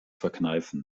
verkneifen